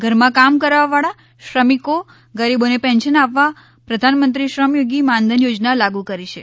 ઘરમાં કામ કરવાવાળા શ્રમિકો ગરીબોને પેંન્શન આપવા પ્રધાનમંત્રી શ્રમયોગી માનધન યોજના લાગુ કરી છે